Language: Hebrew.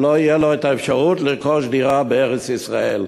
שלא תהיה לו האפשרות לרכוש דירה בארץ-ישראל.